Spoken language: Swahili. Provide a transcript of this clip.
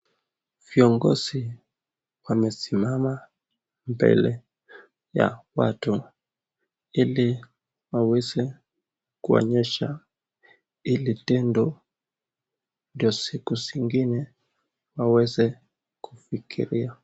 Viongozi wamesimama mbele ya watu ili waweze kuonyesha ili tendo ndo siku zingine waweze kufikiria.